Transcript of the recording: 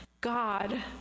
God